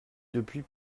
depuis